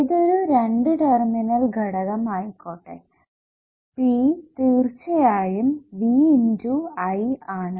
ഏതൊരു രണ്ടു ടെർമിനൽ ഘടകം ആയിക്കോട്ടെ P തീർച്ചയായും V I ആണ്